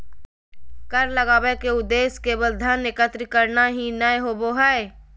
कर लगावय के उद्देश्य केवल धन एकत्र करना ही नय होबो हइ